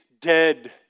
dead